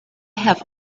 have